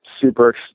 super